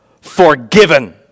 forgiven